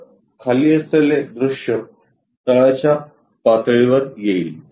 तर खाली असलेले दृश्य तळाच्या पातळीवर येईल